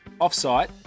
Offsite